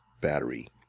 battery